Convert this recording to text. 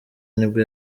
nibwo